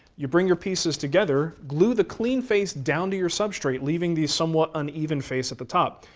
you bring your pieces together, glue the clean face down to your substrate, leaving these somewhat uneven face at the top.